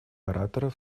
ораторов